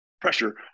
pressure